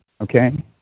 okay